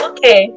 Okay